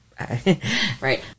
Right